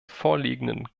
vorliegenden